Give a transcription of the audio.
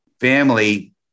family